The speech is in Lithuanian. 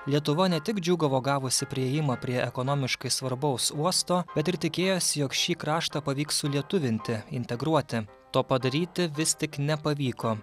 lietuva ne tik džiūgavo gavusi priėjimą prie ekonomiškai svarbaus uosto bet ir tikėjosi jog šį kraštą pavyks sulietuvinti integruoti to padaryti vis tik nepavyko